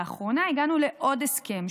לאחרונה הגענו לעוד הסכם,